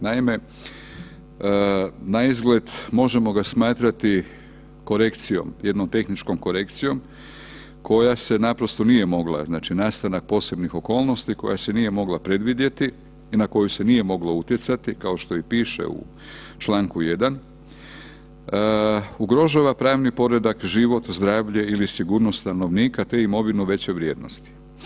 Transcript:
Naime, naizgled možemo ga smatrati korekcijom, jednom tehničkom korekcijom koja se naprosto nije mogla, znači nastanak posebnih okolnosti, koja se nije mogla predvidjeti i na koju se nije moglo utjecati kao što i piše u čl. 1. ugrožava pravni poredak, život, zdravlje ili sigurnost stanovnika, te imovinu veće vrijednosti.